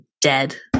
Dead